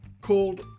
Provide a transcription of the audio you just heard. called